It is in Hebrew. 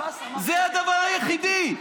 זה הדבר היחידי,